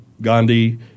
Gandhi